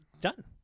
Done